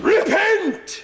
Repent